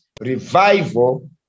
Revival